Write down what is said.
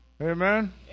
Amen